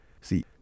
See